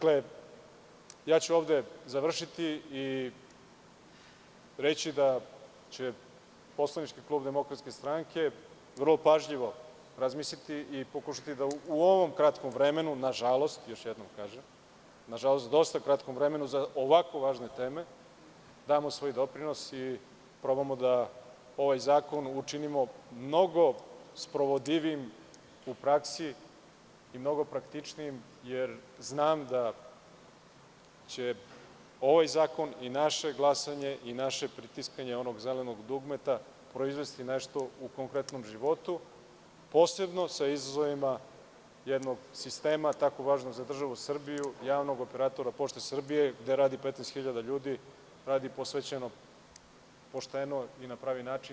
Ovde ću završiti i reći da će poslanički klub DS vrlo pažljivo razmisliti i pokušati da u ovom, nažalost, dosta kratkom vremenu za ovako važne teme damo svoj doprinos i probamo da ovaj zakon učinimo mnogo sprovodljivijim u praksi i mnogo praktičnijim, jer znam da će i ovaj zakon i naše glasanje i naše pritiskanje zelenog dugmeta proizvesti nešto u konkretnom životu, posebno sa izazovima jednog sistema tako važnog za državu Srbiju, javnog operatora „Pošte Srbije“, gde radi 15.000 ljudi, radi posvećeno i pošteno i na pravi način.